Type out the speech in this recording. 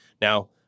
Now